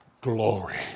glory